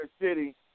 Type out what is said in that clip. city